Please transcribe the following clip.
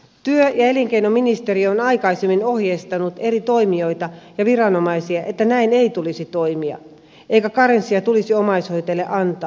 työ ja elinkeinoministeriö on aikaisemmin ohjeistanut eri toimijoita ja viranomaisia että näin ei tulisi toimia eikä karenssia tulisi omaishoitajille antaa